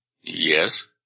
Yes